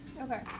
Okay